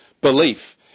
belief